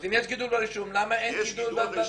אז אם יש גידול ברישום, למה אין גידול במתגיירים?